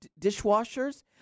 dishwashers